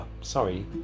sorry